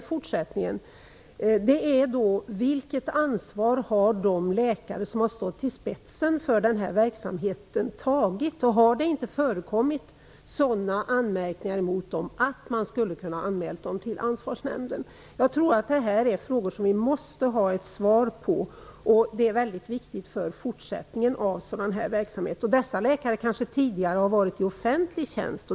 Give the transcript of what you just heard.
Jag tror att det är viktigt att man får svar på sådana frågor för att patienter skall känna sig trygga i fortsättningen. Har det inte förekommit sådana anmärkningar mot dem att man skulle ha kunnat anmäla dem till ansvarsnämnden? Jag tror att det här är frågor som vi måste ha ett svar på. Det är mycket viktigt för fortsättningen av sådan här verksamhet. Dessa läkare kan tidigare ha varit i offentlig tjänst.